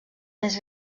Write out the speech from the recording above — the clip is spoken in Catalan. més